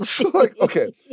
Okay